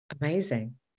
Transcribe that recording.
amazing